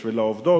בשביל העובדות,